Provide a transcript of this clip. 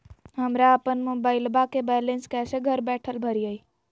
हमरा अपन मोबाइलबा के बैलेंस कैसे घर बैठल भरिए?